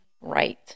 right